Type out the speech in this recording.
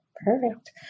Perfect